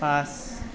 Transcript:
পাঁচ